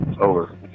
Over